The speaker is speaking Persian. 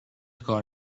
کار